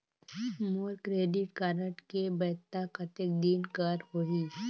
मोर credit card के वैधता कतेक दिन कर होही?